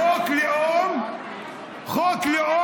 חוק לאום עבר